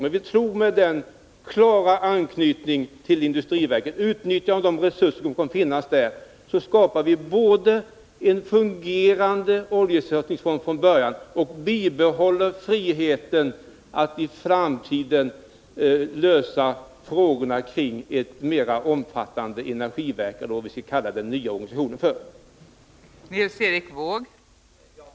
Men vi tror att man med en klar anknytning till industriverket och med utnyttjande av de resurser som finns där både skapar en från början fungerande oljeersättningsfond och bibehåller friheten att i framtiden lösa frågor som sammanhänger med ett mera omfattande energiverk — eller vad den nya organisationen nu skall kallas.